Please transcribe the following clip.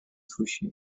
پوشی